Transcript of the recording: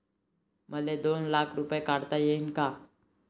मले दोन लाख रूपे काढता येईन काय?